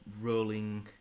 rolling